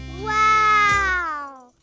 Wow